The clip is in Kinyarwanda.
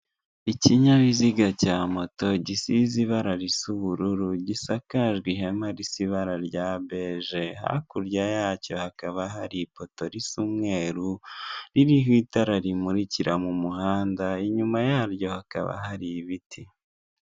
Ikinyabiziga bya moto gisize ibara risa ubururu, gisakaje ihema risa ibara rya beje, hakurya yacyo hakaba hari ipoto risa umweru, ririho itara rimurikira mu muhanda, inyuma yaryo hakaba hari ibiti.